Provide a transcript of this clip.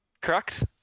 Correct